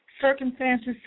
Circumstances